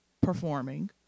performing